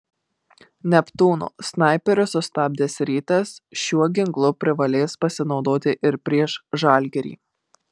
neptūno snaiperius sustabdęs rytas šiuo ginklu privalės pasinaudoti ir prieš žalgirį